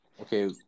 okay